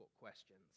questions